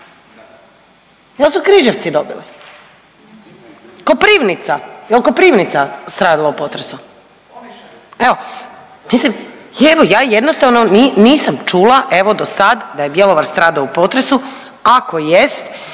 li su Križevci dobili? Koprivnica? Je li Koprivnica stradala u potresu? Evo, mislim, evo, ja jednostavno nisam čula evo, do sad, da je Bjelovar stradao u potresu, ako jest,